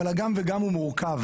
אבל הגם וגם הוא מורכב,